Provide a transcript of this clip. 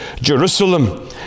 Jerusalem